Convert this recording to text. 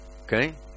Okay